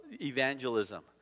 evangelism